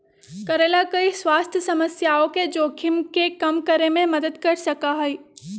करेला कई स्वास्थ्य समस्याओं के जोखिम के कम करे में मदद कर सका हई